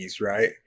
right